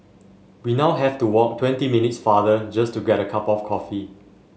we now have to walk twenty minutes farther just to get a cup of coffee